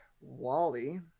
wally